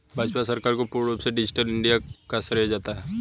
भाजपा सरकार को पूर्ण रूप से डिजिटल इन्डिया का श्रेय जाता है